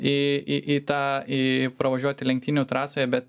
į į į tą į pravažiuoti lenktynių trasoje bet